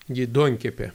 gi duonkepė